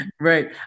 Right